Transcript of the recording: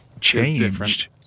changed